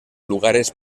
lugares